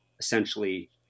essentially